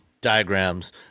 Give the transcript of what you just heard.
diagrams